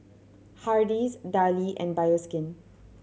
Hardy's Darlie and Bioskin